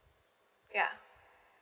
yeah